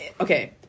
okay